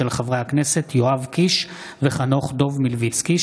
של חברי הכנסת יואב קיש וחנוך דב מלביצקי,